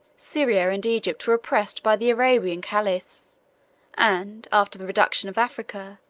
syria and egypt were oppressed by the arabian caliphs and, after the reduction of africa,